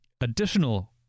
additional